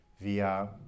via